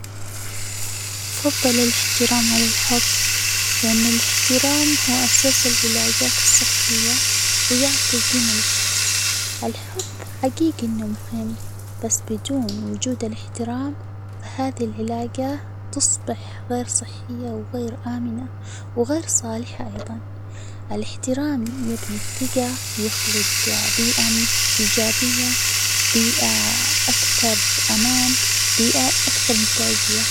أفضل الإحترام على الحب، لأن الاحترام هو أساس العلاجات الصحية، ويعطي جيمة للشخص، الحب حجيجي إنه مهم، بس بدون وجود الإحترام، هذه العلاقة تصبح غير صحية، وغير آمنة، وغير صالحة أيضًا، الاحترام يبني الثجة ويخلج بيئة إيجابية، بيئة أكثر أمان، بيئة أكثر إنتاجية.